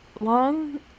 long